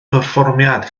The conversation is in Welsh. perfformiad